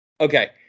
Okay